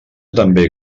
també